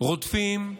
רודפים,